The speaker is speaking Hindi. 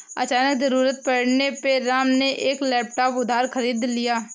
अचानक ज़रूरत पड़ने पे राम ने एक लैपटॉप उधार खरीद लिया